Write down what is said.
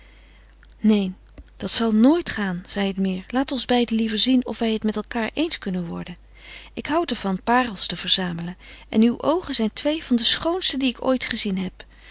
neen dat zal nooit gaan zei het meer laat ons beiden liever zien of wij het met elkaar eens kunnen worden ik houd er van parels te verzamelen en uw oogen zijn twee van de schoonste die ik ooit gezien heb